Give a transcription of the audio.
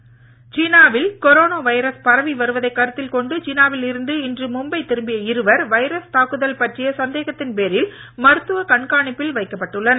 virus சீனாவில் corona virus பரவி வருவதை கருத்தில் கொண்டு சீனாவில் இருந்து இன்று மும்பை திரும்பிய இருவர் வைரஸ் தாக்குதல் சந்தேகத்தின் பேரில் மருத்துவ கண்காணிப்பில் பற்றிய வைக்கப்பட்டுள்ளனர்